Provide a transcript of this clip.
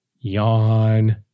Yawn